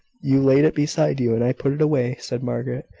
you laid it beside you, and i put it away, said margaret.